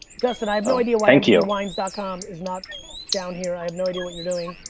dustin, i have no idea why empathywines dot com is not down here, i have no idea what you're doing.